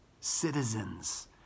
citizens